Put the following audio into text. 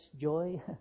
joy